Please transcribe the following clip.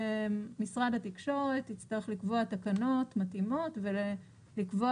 משרד התקשורת יצטרך לקבוע תקנות מתאימות ולקבוע